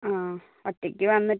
ആ ഒറ്റക്ക് വന്നിട്ട്